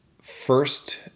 first